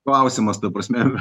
klausimas ta prasme